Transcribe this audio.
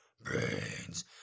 brains